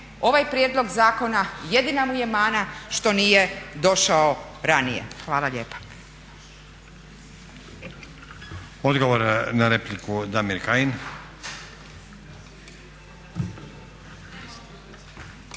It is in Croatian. ovaj prijedlog zakona, jedina mu je mana što nije došao ranije. Hvala lijepa.